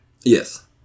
Yes